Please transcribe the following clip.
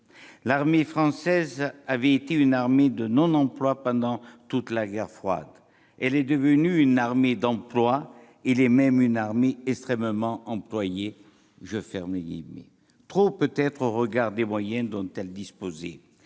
L'armée française avait été une armée de non-emploi pendant toute la guerre froide, elle est devenue une armée d'emploi, elle est même une armée extrêmement employée ». Trop peut-être, au regard des moyens dont elle disposait